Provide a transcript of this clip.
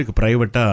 private